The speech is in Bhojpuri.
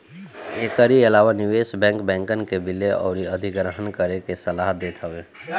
एकरी अलावा निवेश बैंक, बैंकन के विलय अउरी अधिग्रहण करे के सलाह देत हवे